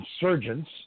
insurgents